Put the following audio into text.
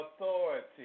authority